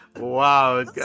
Wow